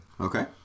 Okay